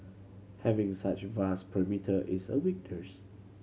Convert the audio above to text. having such a vast perimeter is a weakness